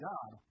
God